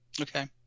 Okay